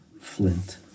flint